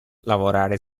lavorare